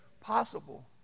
possible